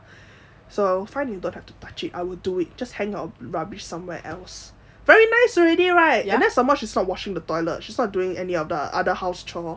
so fine you don't have to touch it I would do it just hang out rubbish somewhere else very nice already right and then some more she's not washing the toilet she's not doing any of the other house chore